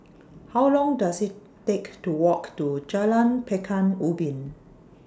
How Long Does IT Take to Walk to Jalan Pekan Ubin